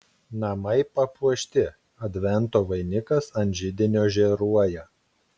namai papuošti advento vainikas ant židinio žėruoja